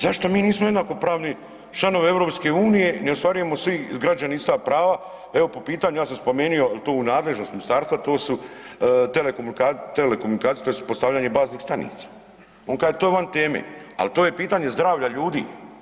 Zašto mi nismo jednakopravni članovi EU, ne ostvarujemo svi građani ista prava evo po pitanju, ja sam spomenuo jel to u nadležnosti ministarstva to su telekomunikacije tj. postavljanje baznih stanica, on kaže to je van teme, ali to je pitanje zdravlja ljudi.